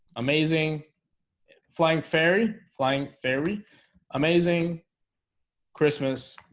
amazing flying fairy flying fairy amazing christmas